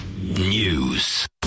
news